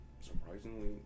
surprisingly